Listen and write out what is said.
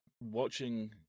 watching